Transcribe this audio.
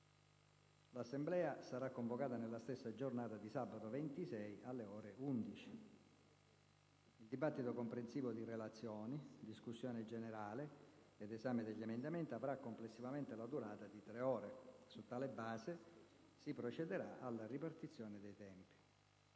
L'Assemblea sarà convocata nella stessa giornata di sabato 26, alle ore 11. Il dibattito, comprensivo di relazioni, discussione generale ed esame degli emendamenti avrà complessivamente la durata di tre ore. Su tale base si procederà alla ripartizione dei tempi.